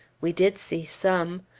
we did see some.